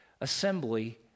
assembly